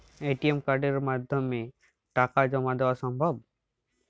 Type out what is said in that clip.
ATM কার্ডের মাধ্যমে টাকা জমা দেওয়া সম্ভব?